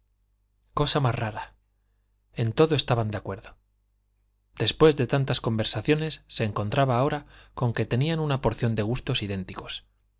cosa más rara en todo estaban de acuerdo después de tantas conversaciones se encontraba ahora con que tenían una porción de gustos idénticos